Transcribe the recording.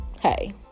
hey